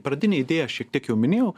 pradinę idėją šiek tiek jau minėjau